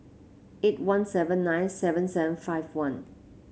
eight one seven nine seven seven five one